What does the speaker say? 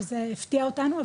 שזה הפתיע אותנו,